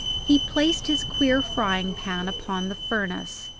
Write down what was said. he placed his queer frying-pan upon the furnace,